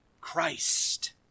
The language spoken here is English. Christ